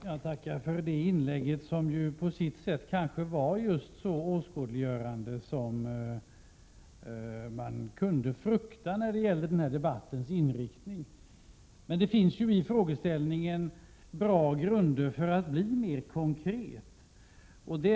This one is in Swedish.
Herr talman! Jag tackar för inlägget, som på sitt sätt kanske var just så 30 maj 1988 åskådliggörande som man kunde frukta när det gäller denna debatts inriktning. Det finns i frågeställningen bra grund för att man skulle kunna vara mera konkret.